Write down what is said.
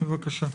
בבקשה.